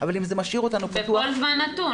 בווינגייט.